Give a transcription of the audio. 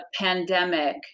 pandemic